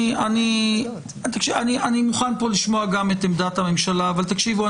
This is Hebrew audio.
אני מוכן כאן לשמוע גם את עמדת הממשלה אבל תקשיבו,